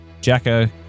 Jacko